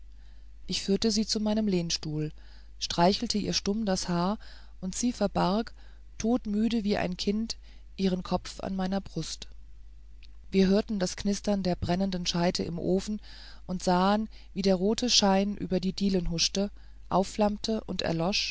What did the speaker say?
ich führte sie in meinen lehnstuhl streichelte ihr stumm das haar und sie verbarg todmüde wie ein kind ihren kopf an meiner brust wir hörten das knistern der brennenden scheite im ofen und sahen wie der rote schein über die dielen huschte aufflammte und